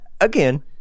again